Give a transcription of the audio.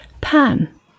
Pan